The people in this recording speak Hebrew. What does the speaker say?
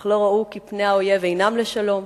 אך לא ראו כי פני האויב אינם לשלום.